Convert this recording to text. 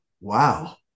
Wow